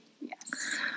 Yes